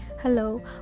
Hello